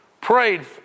prayed